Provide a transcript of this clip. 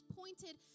pointed